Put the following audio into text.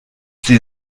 sie